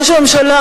ראש הממשלה,